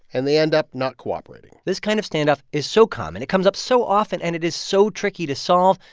and they end up not cooperating this kind of standoff is so common. it comes up so often, and it is so tricky to solve.